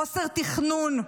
חוסר תכנון,